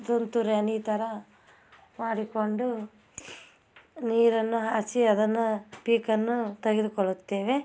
ತುಂತುರು ಹನಿ ಥರ ಮಾಡಿಕೊಂಡು ನೀರನ್ನು ಹಾಯ್ಸಿ ಅದನ್ನು ಪೀಕನ್ನು ತಗೆದುಕೊಳ್ಳುತ್ತೇವೆ